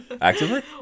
Actively